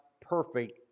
perfect